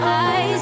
eyes